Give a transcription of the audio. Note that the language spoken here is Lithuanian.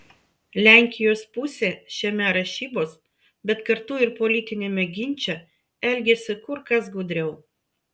lenkijos pusė šiame rašybos bet kartu ir politiniame ginče elgiasi kur kas gudriau